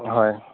হয়